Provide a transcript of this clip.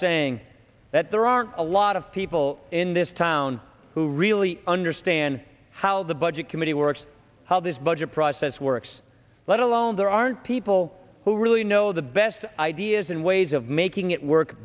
saying that there are a lot of people in this town who really understand how the budget committee works how this budget process works let alone there aren't people who really know the best ideas and ways of making it work